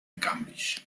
cambridge